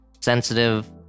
sensitive